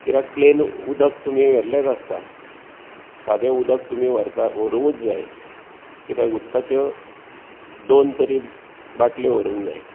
कित्याक प्लेन उदक तुमी व्हेल्लेंत आसता सादें उदक तुमी व्हरता व्हरुंकूच जाय कित्याक उदकाच्यो दोन तरी बाटल्यो व्हरूंक जाय